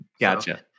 gotcha